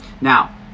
Now